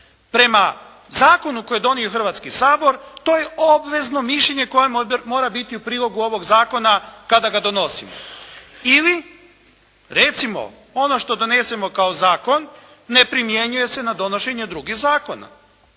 Prema zakonu koji je donio Hrvatski sabor to je obvezno mišljenje koje mora biti u prilogu ovog zakona kada ga donosimo ili recimo ono što donesemo kao zakon ne primjenjuje se na donošenje drugih zakona.